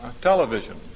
television